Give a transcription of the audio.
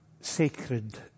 sacred